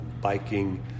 biking